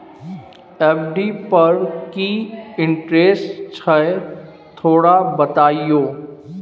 FD पर की interest छय थोरा बतईयो?